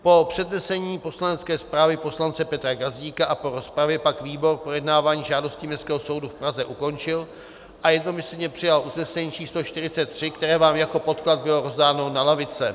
Po přednesení poslanecké zprávy poslance Petra Gazdíka a po rozpravě pak výbor projednávání žádosti Městského soudu v Praze ukončil a jednomyslně přijal usnesení č. 43, které vám jako podklad bylo rozdáno na lavice.